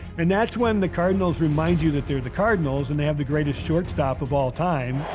and that's when the cardinals remind you that they're the cardinals, and they have the greatest shortstop of all time.